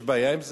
יש בעיה עם זה?